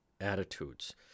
attitudes